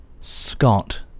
Scott